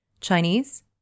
Chinese